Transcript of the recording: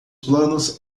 planos